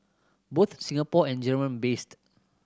both Singapore and German based